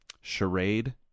Charade